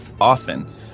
often